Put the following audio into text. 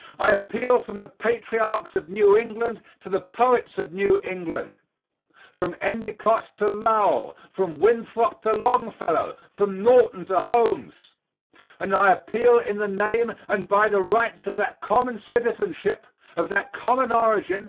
i appeal from the patriarchs of new england to the poets of new england from endicott to lowell from winthrop to longfellow from norton to holmes and i appeal in the name and by the rights of that common citizenship of that common origin,